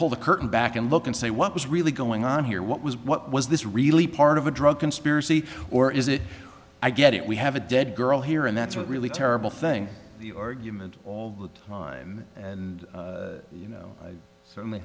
pull the curtain back and look and say what was really going on here what was what was this really part of a drug conspiracy or is it i get it we have a dead girl here and that's a really terrible thing the argument all the time and you know certainly